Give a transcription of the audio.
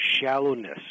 Shallowness